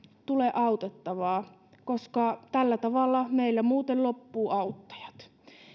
tule autettavaa koska tällä tavalla meillä muuten loppuvat auttajat